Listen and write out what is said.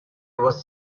was